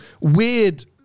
weird